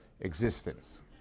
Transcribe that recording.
existence